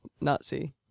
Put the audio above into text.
Nazi